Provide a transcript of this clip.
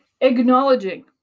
acknowledging